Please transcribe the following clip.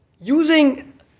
using